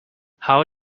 how